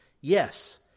Yes